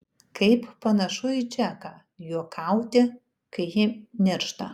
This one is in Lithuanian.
kaip panašu į džeką juokauti kai ji niršta